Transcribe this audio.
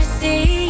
see